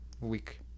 week